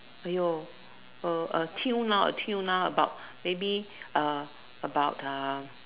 !aiyo! a tune lah a tune lah like about maybe uh about uh